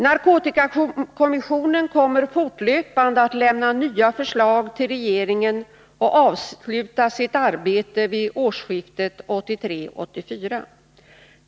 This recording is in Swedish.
Narkotikakommissionen kommer fortlöpande att lämna nya förslag till regeringen och avsluta sitt arbete vid årsskiftet 1983-1984.